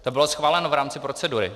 To bylo schváleno v rámci procedury.